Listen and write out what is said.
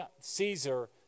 Caesar